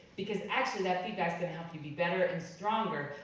because actually, that feedback's gonna help you be better and stronger,